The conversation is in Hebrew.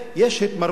יש התמרמרות.